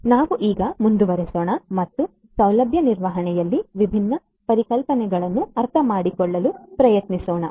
ನಾವು ಈಗ ಮುಂದುವರಿಯೋಣ ಮತ್ತು ಸೌಲಭ್ಯ ನಿರ್ವಹಣೆಯಲ್ಲಿನ ವಿಭಿನ್ನ ಪರಿಕಲ್ಪನೆಗಳನ್ನು ಅರ್ಥಮಾಡಿಕೊಳ್ಳಲು ಪ್ರಯತ್ನಿಸೋಣ